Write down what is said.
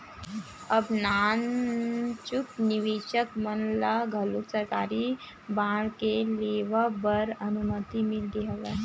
अब नानचुक निवेसक मन ल घलोक सरकारी बांड के लेवब बर अनुमति मिल गे हवय